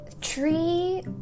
tree